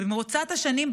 במרוצת השנים,